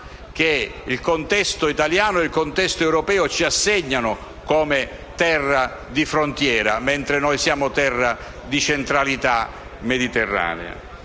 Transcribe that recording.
che il contesto italiano e il contesto europeo ci assegnano come terra di frontiera, mentre noi siamo terra di centralità mediterranea.